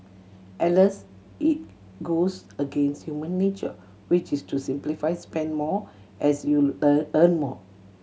alas it goes against human nature which is to simplify spend more as you earn earn more